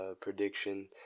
prediction